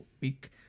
Week